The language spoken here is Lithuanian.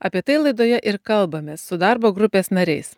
apie tai laidoje ir kalbamės su darbo grupės nariais